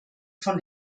von